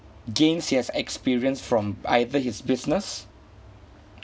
gains he has experience from either his business